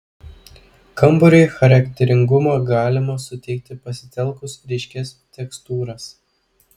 kambariui charakteringumo galima suteikti pasitelkus ryškias tekstūras